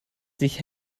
sich